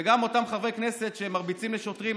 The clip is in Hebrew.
ואותם חברי כנסת שמרביצים לשוטרים,